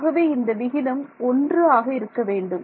ஆகவே இந்த விகிதம் ஒன்று ஆக இருக்க வேண்டும்